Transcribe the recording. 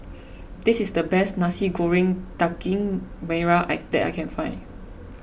this is the best Nasi Goreng Daging Merah that I can find